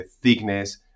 thickness